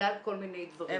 בגלל כל מיני דברים.